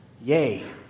Yay